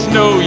no